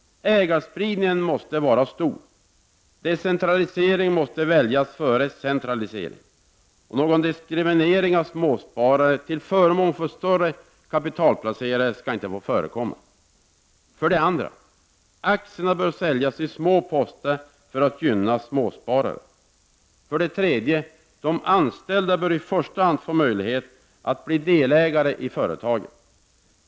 Ägarspridningen måste var stor. Decentralisering bör väljas före centralisering. Någon diskriminering av småsparare till förmån för större kapitalplacerare skall inte få förekomma. 2. Aktierna bör säljas i små poster för att gynna småspararna. 3. De anställda bör i första hand få möjlighet att bli delägare i företagen.